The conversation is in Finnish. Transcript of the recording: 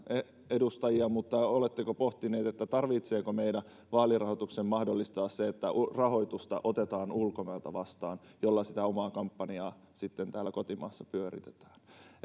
edustajista mutta oletteko pohtineet tarvitseeko meillä vaalirahoituksen osalta mahdollistaa se että otetaan ulkomailta vastaan rahoitusta jolla sitä omaa kampanjaa sitten täällä kotimaassa pyöritetään